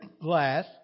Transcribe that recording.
glass